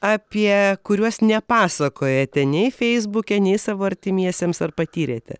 apie kuriuos nepasakojate nei feisbuke nei savo artimiesiems ar patyrėte